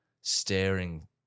staring